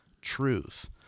truth